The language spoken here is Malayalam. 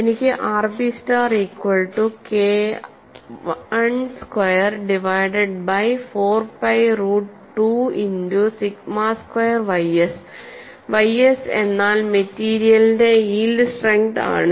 എനിക്ക് RP star equal to KI square divided by 4 pi root 2 into sigma square ys ys എന്നാൽ മെറ്റീരിയലിന്റെ യീൽഡ് സ്ട്രെങ്ത് ആണ്